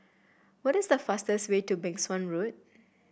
what is the fastest way to Suan Road